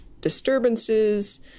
disturbances